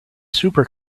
super